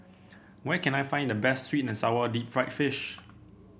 where can I find the best sweet and sour Deep Fried Fish